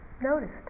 noticed